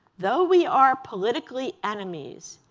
though we are politically enemies,